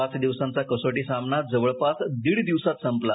पाच दिवसांचा कसोटी सामना जवळपास दीड दिवसात संपला